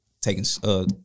Taking